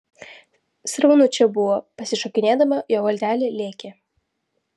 sraunu čia buvo pasišokinėdama jo valtelė lėkė